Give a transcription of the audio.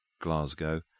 Glasgow